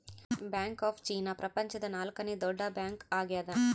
bank of China ಪ್ರಪಂಚದ ನಾಲ್ಕನೆ ದೊಡ್ಡ ಬ್ಯಾಂಕ್ ಆಗ್ಯದ